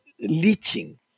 leaching